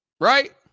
Right